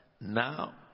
now